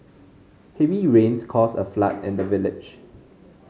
heavy rains caused a flood in the village